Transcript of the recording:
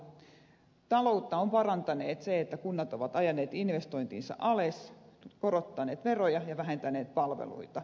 taloutta on parantanut se että kunnat ovat ajaneet investointinsa alas korottaneet veroja ja vähentäneet palveluita